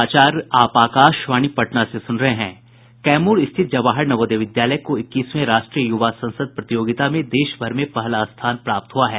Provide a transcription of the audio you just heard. कैमूर स्थित जवाहर नवोदय विद्यालय को इक्कीसवें राष्ट्रीय युवा संसद प्रतियोगिता में देश भर में पहला स्थान प्राप्त हुआ है